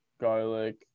garlic